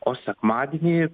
o sekmadienį